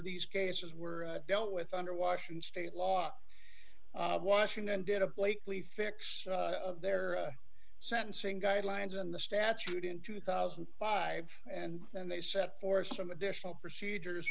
these cases were dealt with under washington state law washington did a blakely fix their sentencing guidelines on the statute in two thousand and five and then they set for some additional procedures